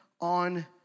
on